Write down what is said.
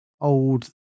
old